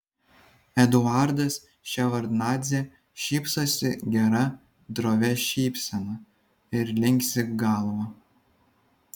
eduardas ševardnadzė šypsosi gera drovia šypsena ir linksi galva